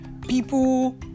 People